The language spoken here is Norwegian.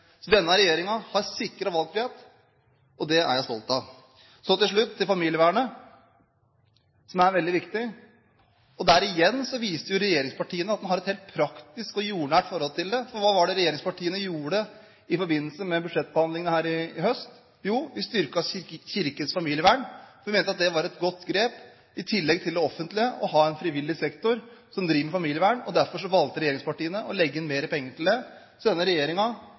Denne regjeringen har sikret valgfrihet, og det er jeg stolt av. Så til slutt til familievernet, som er veldig viktig. Igjen viste vi i regjeringspartiene at vi har et helt praktisk og jordnært forhold til dette, for hva var det vi i regjeringspartiene gjorde i forbindelse med budsjettbehandlingen i fjor høst? Jo, vi styrket Kirkens Familievern, for vi mente at det var et godt grep å ha en frivillig sektor i tillegg til det offentlige som driver med familievern. Derfor valgte regjeringspartiene å legge inn mer penger til det. Så denne